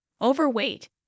Overweight